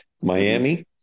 Miami